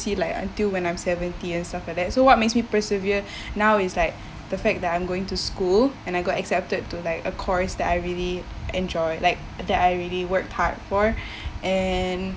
see like until when I'm seventy and stuff like that so what makes me persevere now it's like the fact that I'm going to school and I got accepted to like a course that I really enjoy like that I already worked hard for and